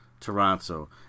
toronto